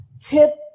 tip